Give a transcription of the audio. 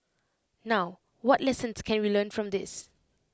now what lessons can we learn from this